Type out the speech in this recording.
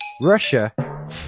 Russia